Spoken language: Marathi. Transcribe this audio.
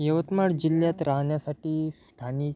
यवतमाळ जिल्ह्यात राहण्यासाठी स्थानिक